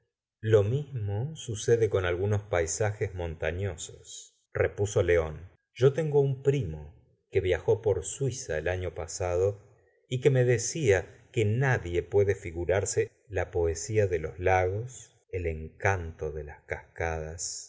lo mismo sucede con algunos paisajes montaflosos repuso león yo tengo un primo que viajó por suiza el año pasado y que me decía que nadie puede figurarse la poesía de los lagos el encanto de las cascadas